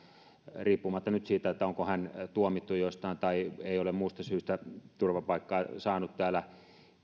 riippumatta nyt siitä onko hän tuomittu jostain vai ei ole muusta syystä turvapaikkaa saanut täällä